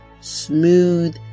smooth